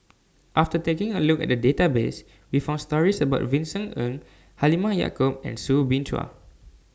after taking A Look At The Database We found stories about Vincent Ng Halimah Yacob and Soo Bin Chua